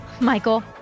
Michael